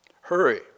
Hurry